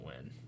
win